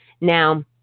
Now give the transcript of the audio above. Now